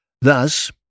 Thus